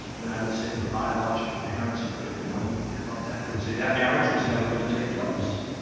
then i would say to the biological parents of the victim, what do you think about that? they would say, that marriage was never going to take place.